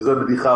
שזה בדיחה,